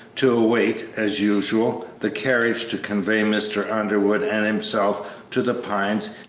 to await, as usual, the carriage to convey mr. underwood and himself to the pines,